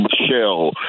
Michelle